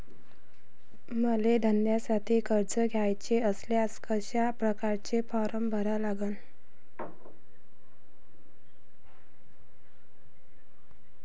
मले धंद्यासाठी कर्ज घ्याचे असल्यास कशा परकारे फारम भरा लागन?